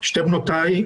שתי בנותיי,